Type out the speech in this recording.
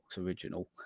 original